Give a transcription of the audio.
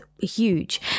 huge